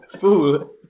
Fool